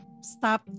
stop